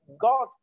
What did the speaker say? god